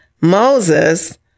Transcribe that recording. Moses